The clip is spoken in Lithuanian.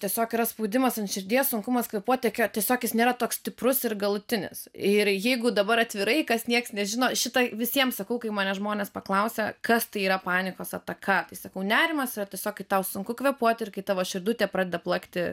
tiesiog yra spaudimas ant širdies sunkumas kvėpuoti tiesiog jis nėra toks stiprus ir galutinis ir jeigu dabar atvirai kas nieks nežino šitą visiems sakau kai mane žmonės paklausia kas tai yra panikos ataka tai sakau nerimas yra tiesiog kai tau sunku kvėpuoti ir kai tavo širdutė pradeda plakti